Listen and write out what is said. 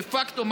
דה פקטו,